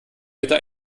mitte